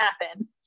happen